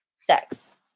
sex